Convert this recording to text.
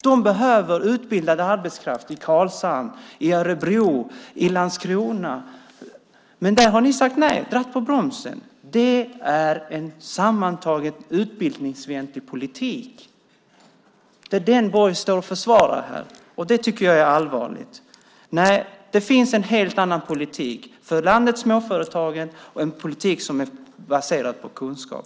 De behöver utbildad arbetskraft i Karlshamn, i Örebro och i Landskrona. Men ni har sagt nej och dragit i bromsen. Det är en sammantaget utbildningsfientlig politik. Det är den Borg står och försvarar här, och det tycker jag är allvarligt. Nej, det finns en helt annan politik för landets småföretag, en politik som är baserad på kunskap.